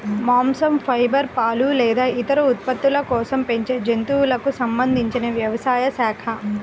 మాంసం, ఫైబర్, పాలు లేదా ఇతర ఉత్పత్తుల కోసం పెంచే జంతువులకు సంబంధించిన వ్యవసాయ శాఖ